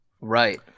Right